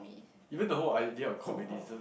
even the whole idea of communism